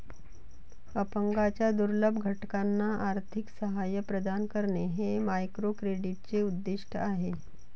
अपंगांच्या दुर्बल घटकांना आर्थिक सहाय्य प्रदान करणे हे मायक्रोक्रेडिटचे उद्दिष्ट आहे